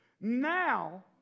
Now